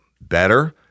better